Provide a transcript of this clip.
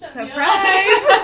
Surprise